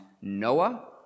Noah